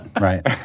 Right